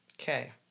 Okay